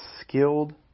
skilled